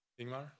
Ingmar